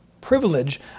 privilege